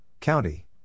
County